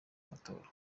amatora